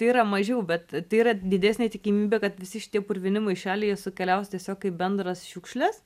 tai yra mažiau bet tai yra didesnė tikimybė kad visi šitie purvini maišeliai jie sukeliaus tiesiog kaip bendros šiukšlės